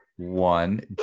One